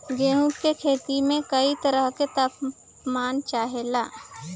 गेहू की खेती में कयी तरह के ताप मान चाहे ला